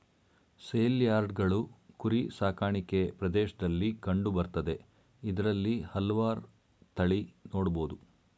ಸೇಲ್ಯಾರ್ಡ್ಗಳು ಕುರಿ ಸಾಕಾಣಿಕೆ ಪ್ರದೇಶ್ದಲ್ಲಿ ಕಂಡು ಬರ್ತದೆ ಇದ್ರಲ್ಲಿ ಹಲ್ವಾರ್ ತಳಿ ನೊಡ್ಬೊದು